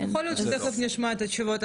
יכול להיות שתיכף נשמע את התשובות,